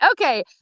okay